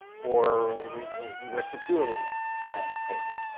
or were securely emancipated.